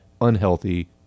unhealthy